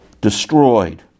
destroyed